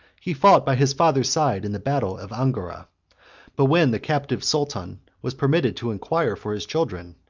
he fought by his father's side in the battle of angora but when the captive sultan was permitted to inquire for his children,